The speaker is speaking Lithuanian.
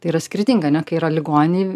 tai yra skirtinga ane kai yra ligonėj